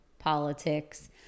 politics